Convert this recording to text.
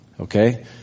okay